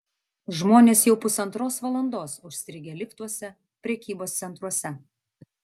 žmonės jau pusantros valandos užstrigę liftuose prekybos centruose